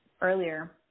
earlier